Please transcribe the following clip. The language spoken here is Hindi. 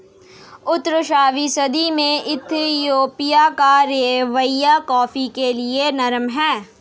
उन्नीसवीं सदी में इथोपिया का रवैया कॉफ़ी के लिए नरम हो गया